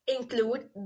include